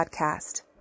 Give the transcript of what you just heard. podcast